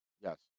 Yes